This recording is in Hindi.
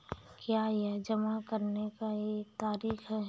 क्या यह जमा करने का एक तरीका है?